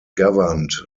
governed